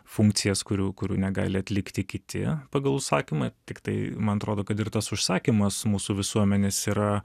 funkcijas kurių kurių negali atlikti kiti pagal užsakymą tiktai man atrodo kad ir tas užsakymas mūsų visuomenės yra